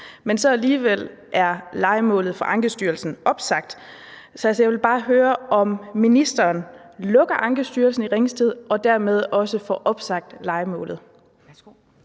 men alligevel er lejemålet for Ankestyrelsen opsagt. Så jeg vil bare høre, om ministeren lukker Ankestyrelsen i Ringsted og dermed også får opsagt lejemålet.